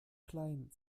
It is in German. klein